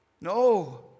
No